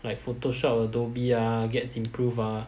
like Photoshop Adobe ah gets improve ah